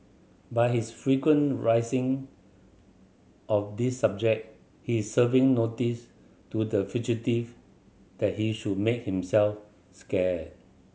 by his frequent raising of this subject he is serving notice to the fugitive that he should make himself scarce